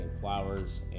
flowers